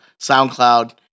SoundCloud